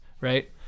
right